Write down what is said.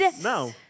No